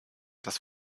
das